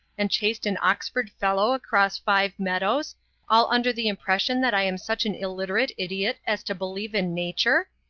and chased an oxford fellow across five meadows all under the impression that i am such an illiterate idiot as to believe in nature!